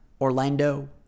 Orlando